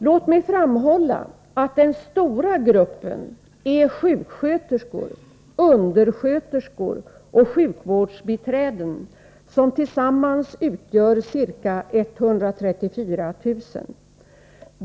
Låt mig framhålla att den stora gruppen är sjuksköterskor, undersköterskor och sjukvårdsbiträden, som tillsammans utgör ca 134 000.